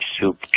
soup